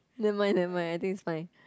never mind never mind I think it's fine